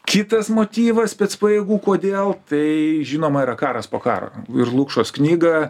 kitas motyvas specpajėgų kodėl tai žinoma yra karas po karo ir lukšos knyga